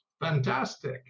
Fantastic